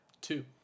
Two